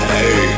Hey